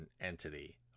entity